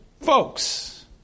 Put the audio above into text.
folks